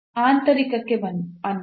ಆಂತರಿಕಕ್ಕೆ ಅಂದರೆ